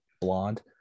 Blonde